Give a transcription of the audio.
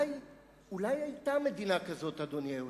אולי היתה מדינה כזאת, אדוני היושב-ראש?